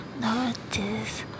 notice